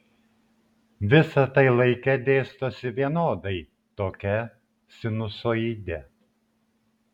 visa tai laike dėstosi vienodai tokia sinusoide